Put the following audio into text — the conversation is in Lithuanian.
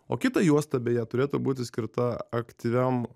o kita juosta beje turėtų būti skirta aktyviam